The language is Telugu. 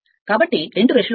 కాబట్టి 2 బ్రష్లు ఉంటాయి